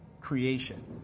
creation